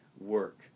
work